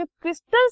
crystals